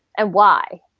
and why?